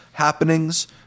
happenings